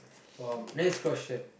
uh next question